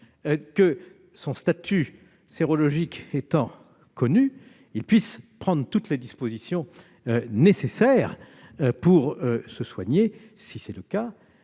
son statut sérologique étant connu, de prendre toutes les dispositions nécessaires pour se soigner. Il me semble